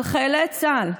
על חיילי צה"ל.